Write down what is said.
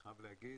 אני חייב להגיד,